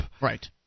right